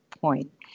point